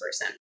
person